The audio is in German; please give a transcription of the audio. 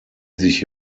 sich